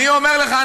אני אומר לך.